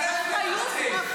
את מעבירה עלינו לתקצב.